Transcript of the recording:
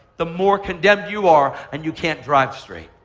the more condemned you are, and you can't drive straight.